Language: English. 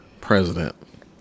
president